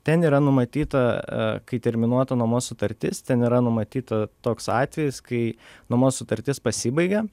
ten yra numatyta kai terminuota nuomos sutartis ten yra numatyta toks atvejis kai nuomos sutartis pasibaigia